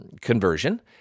conversion